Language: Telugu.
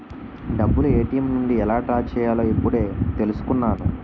డబ్బులు ఏ.టి.ఎం నుండి ఎలా డ్రా చెయ్యాలో ఇప్పుడే తెలుసుకున్నాను